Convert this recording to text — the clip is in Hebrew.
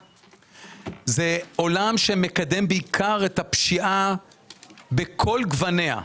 זה עולם שמקדם בעיקר את הפשיעה בכל גווניה.